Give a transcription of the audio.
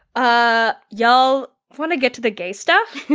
ah y'all want to get to the gay stuff?